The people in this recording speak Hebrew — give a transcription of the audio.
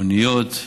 הוניות.